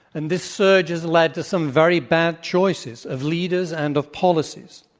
and this surge has led to some very bad choices of leaders and of policies.